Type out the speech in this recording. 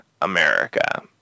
America